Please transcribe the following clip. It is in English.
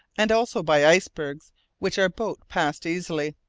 and also by icebergs which our boat passed easily.